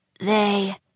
They-